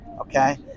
Okay